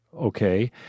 okay